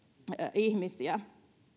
ihmisiä